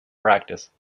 practice